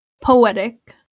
poetic